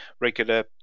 regular